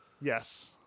Yes